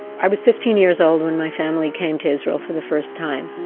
i was fifteen years old when my family came to israel for the first time